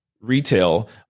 retail